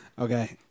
okay